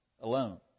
alone